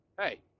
Hey